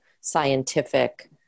scientific